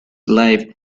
live